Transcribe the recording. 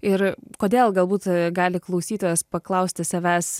ir kodėl galbūt gali klausytojas paklausti savęs